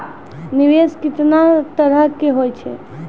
निवेश केतना तरह के होय छै?